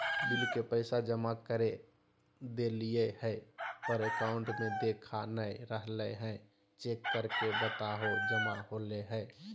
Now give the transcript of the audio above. Bill के पैसा जमा कर देलियाय है पर अकाउंट में देखा नय रहले है, चेक करके बताहो जमा होले है?